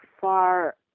far